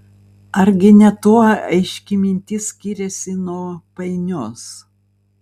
argi ne tuo aiški mintis skiriasi nuo painios